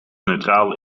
neutraal